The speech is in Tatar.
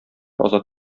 азат